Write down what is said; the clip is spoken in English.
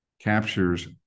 captures